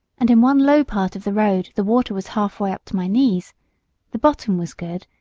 and in one low part of the road the water was halfway up to my knees the bottom was good,